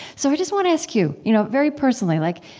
so i just want to ask you, you know, very personally. like,